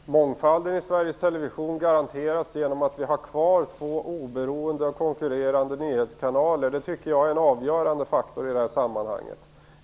Herr talman! Mångfalden i Sveriges Television garanteras genom att vi har kvar två oberoende och konkurrerande nyhetskanaler. Det tycker jag är en avgörande faktor i det här sammanhanget.